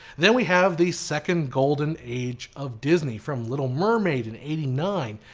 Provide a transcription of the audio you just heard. then we have the second golden age of disney from little mermaid in eighty nine,